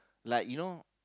like you know